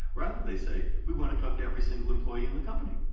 rather, they say we want to talk to every single employee in the company.